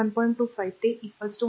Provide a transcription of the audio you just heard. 25 ते 1